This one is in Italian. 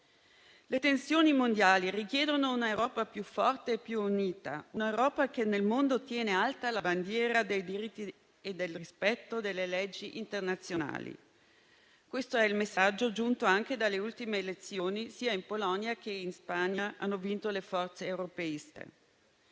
Le tensioni mondiali richiedono un'Europa più forte, più unita; una Europa che nel mondo tenga alta la bandiera dei diritti e del rispetto delle leggi internazionali. Questo è il messaggio giunto anche dalle ultime elezioni. Sia in Polonia che in Spagna hanno vinto le forze europeiste,